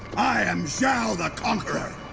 i am zhao the conqueror.